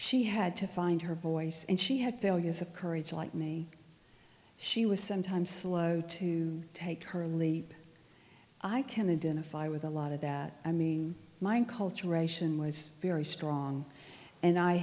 she had to find her voice and she had failures of courage like me she was sometimes slow to take her leap i kenned in a fire with a lot of that i mean my cultural ration was very strong and i